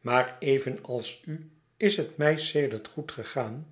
maar evenals u is het mij sedert goed gegaan